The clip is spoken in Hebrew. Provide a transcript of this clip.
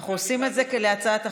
אנחנו עושים את זה כי להצעת החוק,